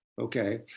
Okay